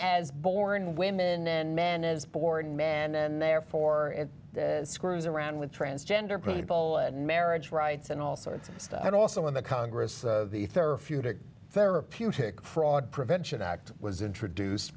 as born women and men as born men and therefore d screws around with transgender people and marriage rights and all sorts of stuff but also in the congress there are few to therapeutic fraud prevention act was introduced